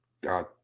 god